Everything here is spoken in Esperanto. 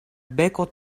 beko